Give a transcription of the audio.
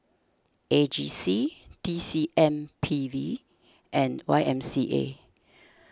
A G C T C M P B and Y M C A